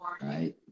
Right